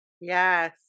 Yes